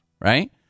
right